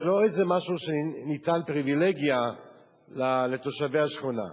שזה לא איזה משהו שניתן כפריווילגיה לתושבי השכונה.